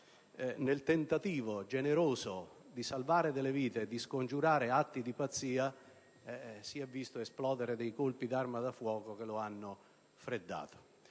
nel tentativo generoso di salvare delle vite e di scongiurare atti di pazzia si è visto esplodere dei colpi di arma da fuoco che lo hanno freddato.